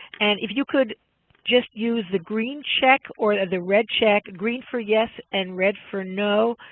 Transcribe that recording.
and if you could just use the green check or the red check, green for yes and red for no,